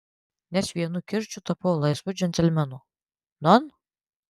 nes vienu kirčiu tapau laisvu džentelmenu non